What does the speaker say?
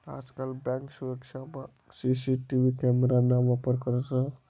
आजकाल बँक सुरक्षामा CCTV camera ना वापर करतंस